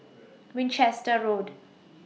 Winchester Road